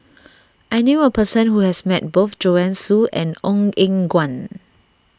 I knew a person who has met both Joanne Soo and Ong Eng Guan